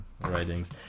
writings